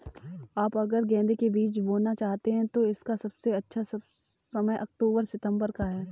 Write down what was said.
आप अगर गेंदे के बीज बोना चाहते हैं तो इसका सबसे अच्छा समय अक्टूबर सितंबर का है